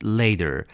later